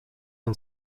and